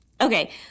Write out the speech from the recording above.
Okay